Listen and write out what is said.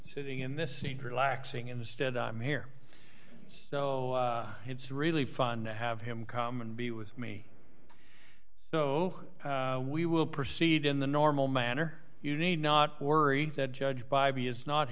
sitting in this seat relaxing instead i'm here so it's really fun to have him come and be with me so we will proceed in the normal manner you need not worry that judge bybee is not